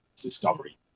discovery